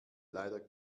leider